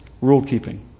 rule-keeping